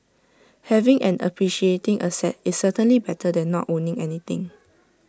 having an appreciating asset is certainly better than not owning anything